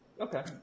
Okay